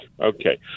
Okay